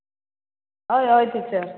हय हय टिचर